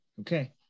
Okay